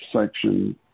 Section